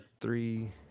three